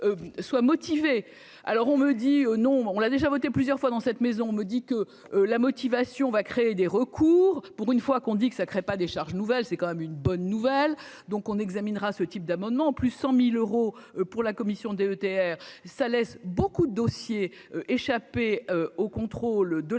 alors on me dit : oh non, on l'a déjà voté plusieurs fois dans cette maison, on me dit que la motivation va créer des recours pour une fois qu'on dit que ça crée pas des charges nouvelles, c'est quand même une bonne nouvelle, donc on examinera ce type d'amendement, plus 100000 euros pour la commission DETR ça laisse beaucoup de dossiers échapper au contrôle de la commission